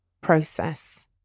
process